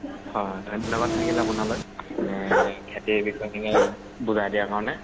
হয় ধন্যবাদ থাকিলে আপোনালৈ খেতিৰ বিষয়খিনি বুজাই দিয়াৰ কাৰণে